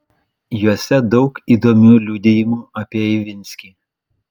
juose daug įdomių liudijimų apie ivinskį